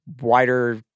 wider